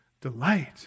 delight